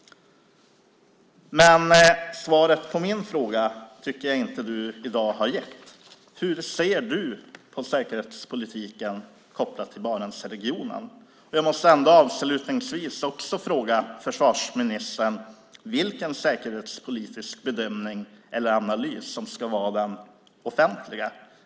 Men svaret på min fråga tycker jag inte att försvarsministern har gett i dag. Hur ser han på säkerhetspolitiken kopplat till Barentsregionen? Jag måste avslutningsvis också fråga försvarsministern vilken säkerhetspolitisk bedömning eller analys som ska vara den offentliga.